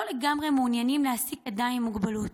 לגמרי מעוניינים להעסיק אדם עם מוגבלות.